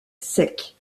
sec